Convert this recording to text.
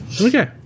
Okay